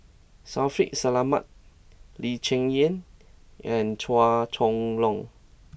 Shaffiq Selamat Lee Cheng Yan and Chua Chong Long